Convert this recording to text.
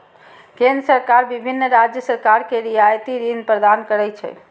केंद्र सरकार विभिन्न राज्य सरकार कें रियायती ऋण प्रदान करै छै